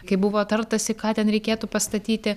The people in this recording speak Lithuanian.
kai buvo tartasi ką ten reikėtų pastatyti